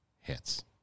hits